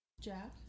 Jack